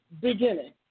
beginning